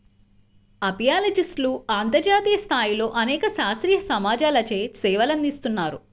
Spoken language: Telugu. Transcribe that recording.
అపియాలజిస్ట్లు అంతర్జాతీయ స్థాయిలో అనేక శాస్త్రీయ సమాజాలచే సేవలందిస్తున్నారు